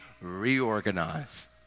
reorganize